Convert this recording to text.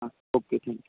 हां okay thank you